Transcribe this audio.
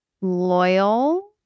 loyal